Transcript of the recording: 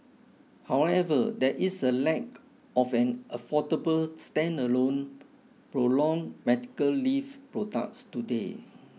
however there is a lack of an affordable standalone prolonged medical leave products today